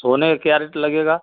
सोने का क्या रेट लगेगा